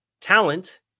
Talent